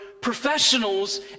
professionals